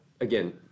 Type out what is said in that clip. Again